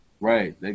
Right